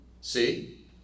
see